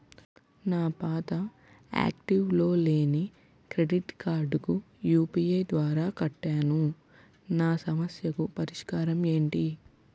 నా పాత యాక్టివ్ లో లేని క్రెడిట్ కార్డుకు యు.పి.ఐ ద్వారా కట్టాను నా సమస్యకు పరిష్కారం ఎంటి?